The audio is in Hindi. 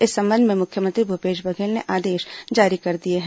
इस संबंध में मुख्यमंत्री भूपेश बघेल ने आदेश जारी कर दिए हैं